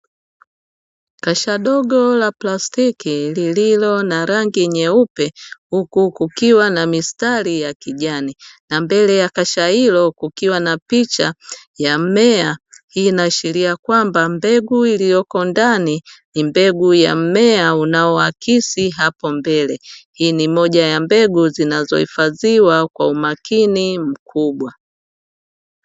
Kasha dogo la plastiki lililo na rangi nyeupe, huku kukiwa na mistari ya kijani. Na mbele ya kasha hilo kukiwa na picha ya mmea hii inaashiria kwamba mbegu iliyoko ndani ni mbegu ya mmea unaoakisi hapo mbele, hii ni moja ya mbegu zinazo hifadhiwa kwa umakini mkubwa.